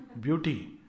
beauty